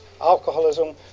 alcoholism